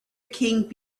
king